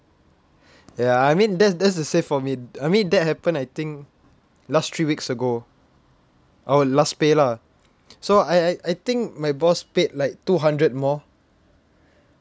ya I mean that's that's the same for me I mean that happened I think last three weeks ago our last pay lah so I I I think my boss paid like two hundred more